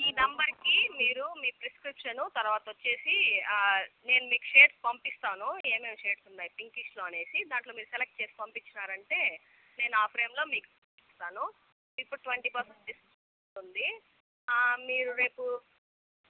ఈ నెంబర్కి మీరు మీ ప్రిస్క్రిప్షన్ తర్వాత వచ్చేసి నేను మీకు షేడ్స్ పంపిస్తాను ఏమేం షేడ్స్ ఉన్నాయి పింకిష్లో అనేసి దాంట్లో మీరు సెలెక్ట్ చేసి పంపించినారంటే నేను ఆ ఫ్రేములో మీకు చేసేస్తాను ఇప్పుడు ట్వంటీ పర్సెంట్ డిస్కౌంట్ ఉంది మీరు రేపు